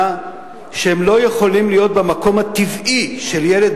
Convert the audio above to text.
שהם לא יכולים להיות במקום הטבעי של ילד,